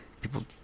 people